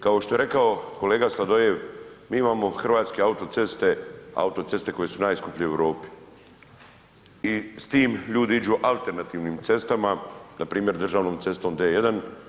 Kao što je rekao kolega Sladoljev, mi imamo Hrvatske autoceste, autoceste koje su najskuplje u Europi i s time ljudi idu alternativnim cestama, npr. državnom cestom D1.